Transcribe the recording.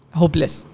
hopeless